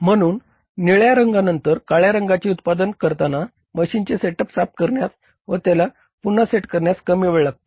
म्हणून निळ्या रंगानंतर काळ्या रंगाचे उत्पादन करताना मशीनचे सेटअप साफ करण्यास व त्याला पुन्हा सेट करण्यास कमी वेळ लागतो